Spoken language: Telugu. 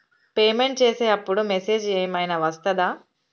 పేమెంట్ చేసే అప్పుడు మెసేజ్ ఏం ఐనా వస్తదా?